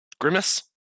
Grimace